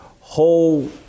whole